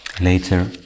Later